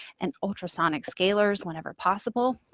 and ultrasonic scalars, whenever possible.